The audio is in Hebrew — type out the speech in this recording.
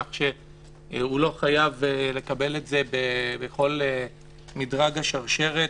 כך שהוא לא חייב לקבל את זה בכל מדרג השרשרת,